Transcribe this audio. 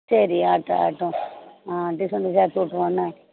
சரி அடுத்த ஆட்டும் ஆ டிசம்பர் சேர்த்து விட்ருவோம் என்ன